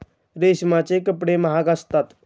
रेशमाचे कपडे महाग असतात